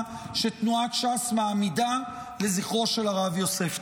שתנועת ש"ס מעמידה לזכרו של הרב יוסף.